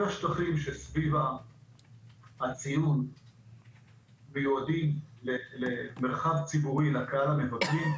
כל השטחים שסביב הציון מיועדים למרחב ציבורי לקהל המבקרים.